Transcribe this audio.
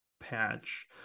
patch